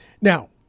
Now